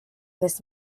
this